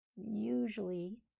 usually